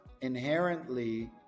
inherently